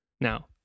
Now